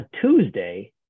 tuesday